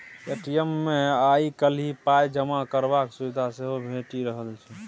ATM मे आइ काल्हि पाइ जमा करबाक सुविधा सेहो भेटि रहल छै